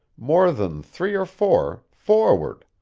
more than three or four, forward